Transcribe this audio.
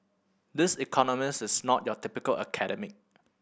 this economist is not a typical academic